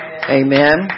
Amen